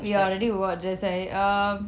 ya already watch that's why uh